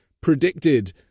predicted